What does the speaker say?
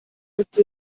letzte